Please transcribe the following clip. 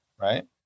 right